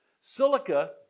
silica